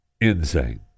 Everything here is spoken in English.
insane